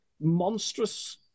monstrous